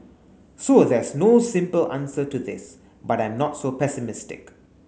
so there's no simple answer to this but I'm not so pessimistic